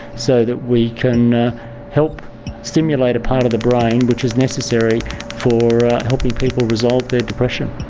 so that we can help stimulate a part of the brain which is necessary for helping people resolve their depression.